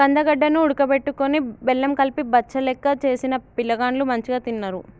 కందగడ్డ ను ఉడుకబెట్టుకొని బెల్లం కలిపి బచ్చలెక్క చేసిన పిలగాండ్లు మంచిగ తిన్నరు